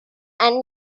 and